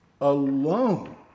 alone